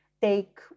take